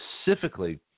specifically